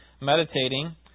meditating